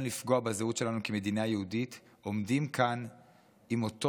לפגוע בזהות שלנו כמדינה יהודית עומדים כאן עם אותו